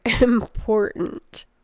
important